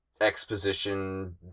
exposition